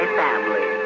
family